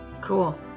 Cool